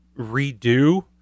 redo